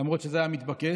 למרות שזה היה מתבקש.